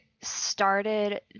started